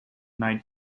night